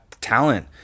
talent